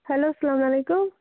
hello سلام علیکُم